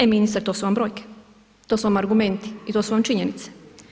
E ministre to su vam brojke, to su vam argumenti i to su vam činjenice.